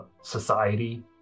society